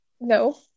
No